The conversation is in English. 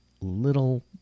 little